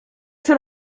przy